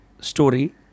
story